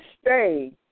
stay